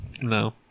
No